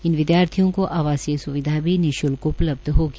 इन विदयार्थियों को आवासीय स्विधा भी निशुल्क उपलब्ध होगी